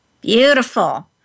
Beautiful